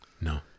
No